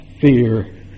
fear